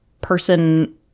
person